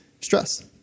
stress